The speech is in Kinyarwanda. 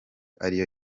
ariyo